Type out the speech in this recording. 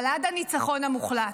אבל עד הניצחון המוחלט.